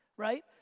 right?